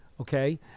Okay